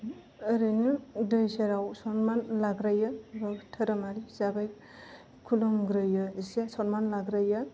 ओरैनो दै सेराव सनमान लाग्रोयो धोरोमारि हिसाबै खुलुमग्रोयो इसे सनमान लाग्रोयो